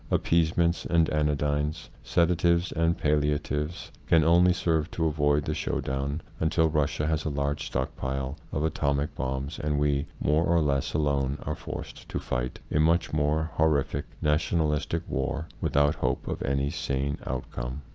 ah peasements and anodynes, sedatives and palliatives can only serve to avoid the showdown until russia has a large stock-pile of atomic bombs and we, more or less alone, are forced to fight a much more horrific nationalistic war without hope of any sane out come.